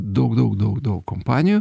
daug daug daug daug kompanijų